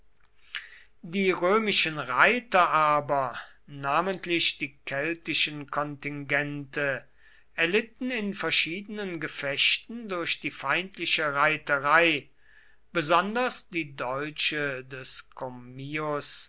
die römischen reiter aber namentlich die keltischen kontingente erlitten in verschiedenen gefechten durch die feindliche reiterei besonders die deutsche des commius